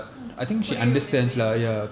mm புரியும்பேசுனா:puriyum pesunaa